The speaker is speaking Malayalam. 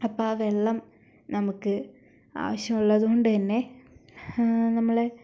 അപ്പോൾ ആ വെള്ളം നമുക്ക് ആവശ്യമുള്ളത് കൊണ്ടുതന്നെ നമ്മൾ